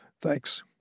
Thanks